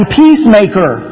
peacemaker